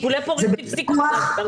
זה בפיקוח.